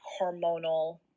hormonal